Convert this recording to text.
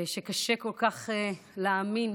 קשה כל כך להאמין